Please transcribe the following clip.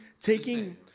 taking